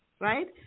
right